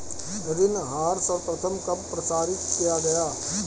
ऋण आहार सर्वप्रथम कब प्रसारित किया गया?